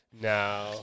No